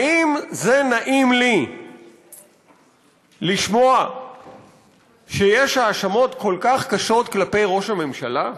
האם זה נעים לי לשמוע שיש האשמות כל כך קשות כלפי ראש הממשלה?